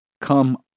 come